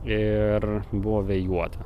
iir buvo vėjuota